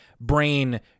Brain